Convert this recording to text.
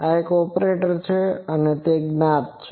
આ એક ઓપરેટર છે અને તે જ્ઞાત છે